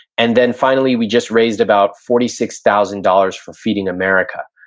and then finally, we just raised about forty six thousand dollars for feeding america.